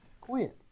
quit